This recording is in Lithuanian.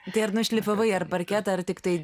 tai ar nušlifavai ar parketą ar tiktai